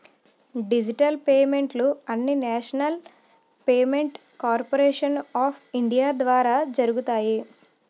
digital పేమెంట్లు అన్నీనేషనల్ payment corporation of India ద్వారా జరుగుతాయి